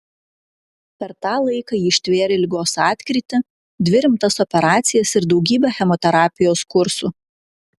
per tą laiką ji ištvėrė ligos atkrytį dvi rimtas operacijas ir daugybę chemoterapijos kursų